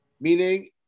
Meaning